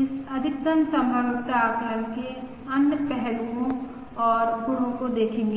इस अधिकतम संभाव्यता आकलन के अन्य पहलुओं और गुणों को देखेंगे